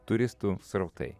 turistų srautai